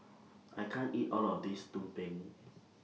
I can't eat All of This Tumpeng